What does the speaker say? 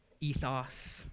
ethos